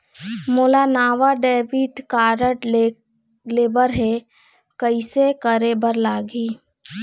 मोला नावा debit card लेबर हे, कइसे करे बर लगही?